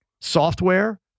software